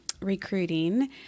recruiting